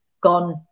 gone